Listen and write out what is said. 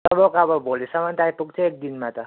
तपाईँको अब भोलिसम्म त आइपुग्छ एक दिनमा त